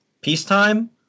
peacetime